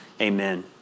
Amen